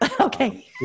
Okay